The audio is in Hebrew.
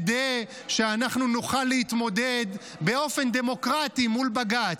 כדי שאנחנו נוכל להתמודד באופן דמוקרטי מול בג"ץ,